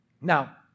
Now